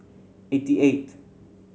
eighty eight